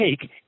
take